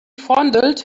fondled